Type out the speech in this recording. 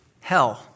hell